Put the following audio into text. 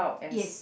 yes